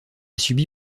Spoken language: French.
subi